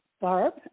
barb